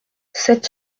sept